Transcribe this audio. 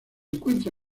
encuentra